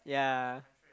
yeah